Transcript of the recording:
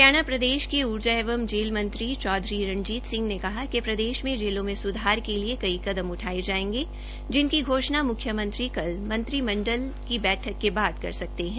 हरियाणा के प्रदेश के ऊर्जा एवं जेल मंत्री चौधरी रणजीत सिंह ने कहा है कि प्रदेश में जेलों में स्धार के लिए कई कदम उठाये जायेंगे जिनकी घोषणा मुख्यमंत्री कल मंत्रिमंडल में बैठक के बाद कर सकते है